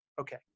Okay